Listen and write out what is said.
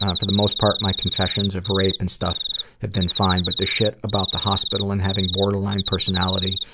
ah for the most part, my confessions of rape and stuff have been fine. but the shit about the hospital and having borderline personality.